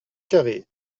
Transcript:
carré